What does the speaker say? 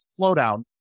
slowdown